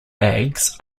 bags